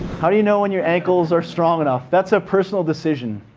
how do you know when your ankles are strong enough? that's a personal decision.